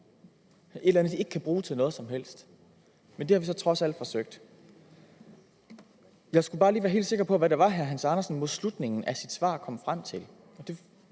hop! Det kan de ikke bruge til noget som helst. Men det har vi så trods alt forsøgt at gøre noget ved. Jeg skal bare lige være helt sikker på, hvad det var, hr. Hans Andersen mod slutningen af sit svar kom frem til,